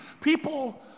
People